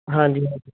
ਹਾਂਜੀ